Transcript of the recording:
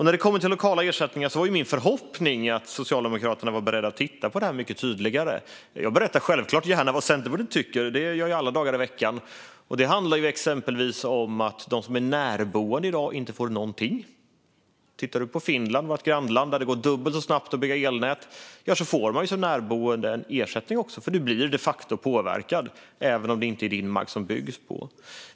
När det kommer till lokala ersättningar var det min förhoppning att Socialdemokraterna var beredda att mycket tydligare titta på det. Jag berättar självklart gärna vad Centerpartiet tycker, alla dagar i veckan. Det handlar exempelvis om att de som är närboende i dag inte får någonting. Titta på vårt grannland Finland, där det går dubbelt så snabbt att bygga elnät! Där får du som närboende ersättning, för du blir de facto påverkad även om det inte är din mark som det byggs på.